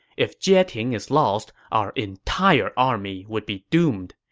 if jieting is lost, our entire army would be doomed.